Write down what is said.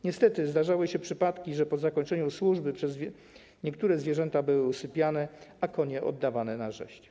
Niestety zdarzały się przypadki, że po zakończeniu służby niektóre zwierzęta były usypiane, a konie - oddawane na rzeź.